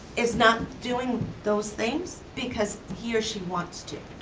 is not doing those things because he or she wants to.